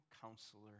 Counselor